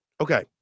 Okay